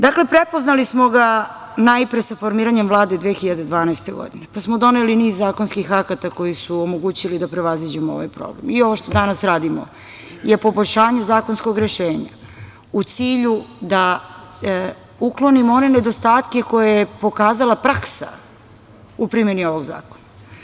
Dakle, prepoznali smo ga najpre sa formiranjem Vlade 2012. godine, pa smo doneli niz zakonskih akata koji su omogućili da prevaziđemo ovaj problem i ovo što danas radimo je poboljšanje zakonskog rešenja u cilju da uklonimo one nedostatke koje je pokazala praksa u primeni ovog zakona.